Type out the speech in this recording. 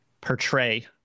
portray